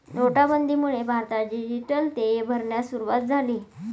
नोटाबंदीमुळे भारतात डिजिटल देय भरण्यास सुरूवात झाली